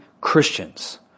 Christians